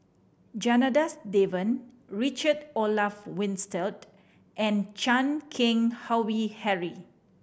Janadas Devan Richard Olaf Winstedt and Chan Keng Howe Harry